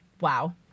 Wow